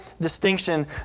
distinction